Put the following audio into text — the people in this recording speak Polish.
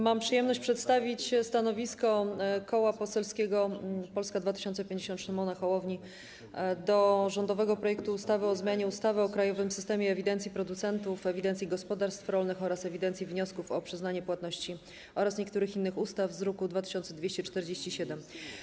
Mam przyjemność przedstawić stanowisko koła poselskiego Polska 2050 Szymona Hołowni wobec rządowego projektu ustawy o zmianie ustawy o krajowym systemie ewidencji producentów, ewidencji gospodarstw rolnych oraz ewidencji wniosków o przyznanie płatności oraz niektórych innych ustaw, druk nr 2247.